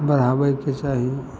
बढ़ाबैके चाही